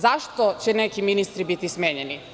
Zašto će neki ministri biti smenjeni?